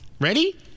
Ready